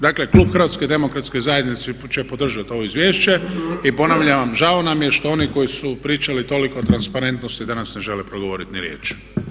Dakle, klub HDZ-a će podržati ovo izvješće i ponavljam vam žao nam je što oni koji su pričali toliko o transparentnosti danas ne žele progovoriti ni riječi.